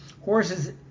Horses